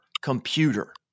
computer